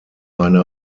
eine